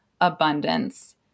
abundance